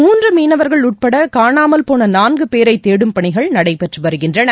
மூன்று மீனவர்கள் உட்பட காணாமல் போன நான்கு பேரை தேடும் பணிகள் நடைபெற்று வருகின்றன